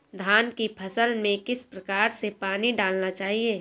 धान की फसल में किस प्रकार से पानी डालना चाहिए?